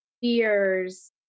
fears